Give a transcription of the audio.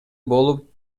болуп